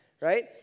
right